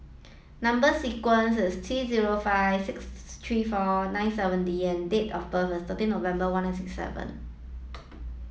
number sequence is T zero five six three four nine seven D and date of birth is thirteen November one nine six seven